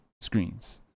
screens